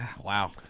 wow